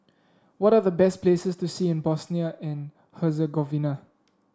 what are the best places to see in Bosnia and Herzegovina